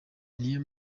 niyo